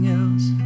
else